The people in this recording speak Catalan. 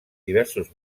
diversos